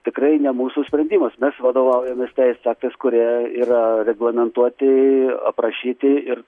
tikrai ne mūsų sprendimas mes vadovaujamės teisės aktais kurie yra reglamentuoti aprašyti ir